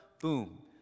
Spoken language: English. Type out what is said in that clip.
boom